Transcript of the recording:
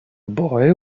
boy